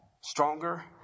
stronger